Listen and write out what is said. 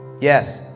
Yes